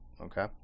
Okay